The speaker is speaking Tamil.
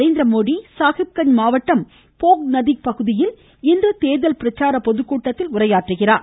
நரேந்திரமோடி சாஹிப் கஞ்ச் மாவட்டம் போஹ் நதிஹ் பகுதியில் இன்று தேர்தல் பிரச்சார பொதுக்கூட்டத்தில் உரையாற்றுகிறார்